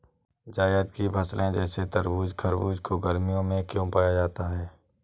जायद की फसले जैसे तरबूज़ खरबूज को गर्मियों में क्यो बोया जाता है?